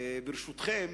ברשותכם,